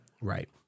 Right